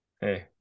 Hey